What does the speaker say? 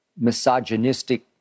misogynistic